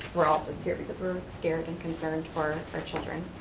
we're all just here because we're scared and concerned for our children.